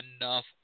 enough